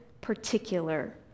particular